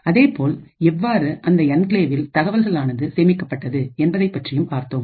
அதேபோல் எவ்வாறு அந்த என்கிளேவில் தகவல்கள் ஆனது சேமிக்கப்பட்டது என்பதைப் பற்றியும் பார்த்தோம்